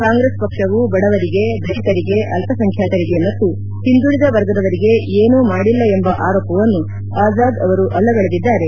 ಕಾಂಗ್ರೆಸ್ ಪಕ್ಷವು ಬಡವರಿಗೆ ದಲಿತರಿಗೆ ಅಲ್ಪಸಂಖ್ಯಾತರಿಗೆ ಮತ್ತು ಹಿಂದುಳಿದ ವರ್ಗದವರಿಗೆ ಏನೂ ಮಾಡಿಲ್ಲ ಎಂಬ ಆರೋಪವನ್ನು ಆಜಾದ್ ಅವರು ಅಲ್ಲಗಳೆದಿದ್ದಾರೆ